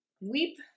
weep